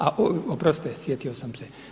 A oprostite, sjetio sam se.